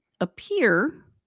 appear